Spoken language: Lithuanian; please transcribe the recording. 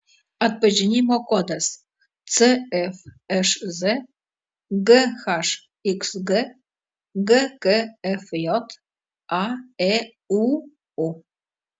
atpažinimo kodas cfšz ghxg gkfj aėūu